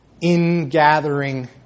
ingathering